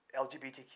LGBTQ